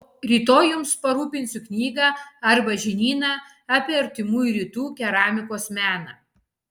rytoj jums parūpinsiu knygą arba žinyną apie artimųjų rytų keramikos meną